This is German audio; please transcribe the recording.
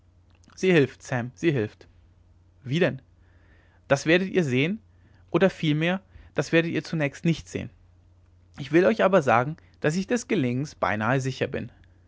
sie hilft sam sie hilft wie denn das werdet ihr sehen oder vielmehr das werdet ihr zunächst nicht sehen ich will euch aber sagen daß ich des gelingens beinahe sicher bin